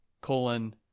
colon